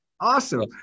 awesome